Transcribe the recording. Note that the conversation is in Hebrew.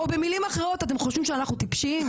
או במילים אחרות, אתם חושבים שאנחנו טיפשים?